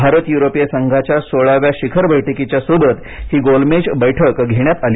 भारत यु्रोपीय संघाच्या सोळाव्या शिखर बैठकीच्या सोबत ही गोलमेज बैठक घेण्यात आली